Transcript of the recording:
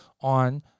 on